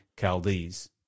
Chaldees